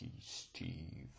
STEVE